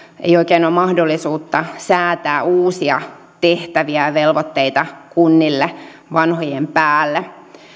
ei oikein ole mahdollisuutta säätää uusia tehtäviä ja velvoitteita kunnille vanhojen päälle